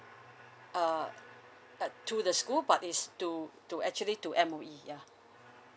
uh but to the school but it's to to actually to M_O_E ya